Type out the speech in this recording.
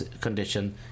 condition